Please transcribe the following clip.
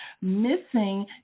missing